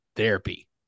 therapy